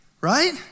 right